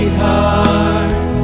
heart